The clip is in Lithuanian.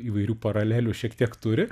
įvairių paralelių šiek tiek turi